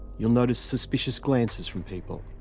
you'll notice suspicious glances from people.